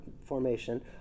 formation